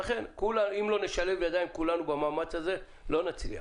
אם לא נשלב ידיים כולנו במאמץ הזה לא נצליח.